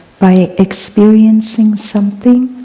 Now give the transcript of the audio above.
by experiencing something,